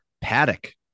Paddock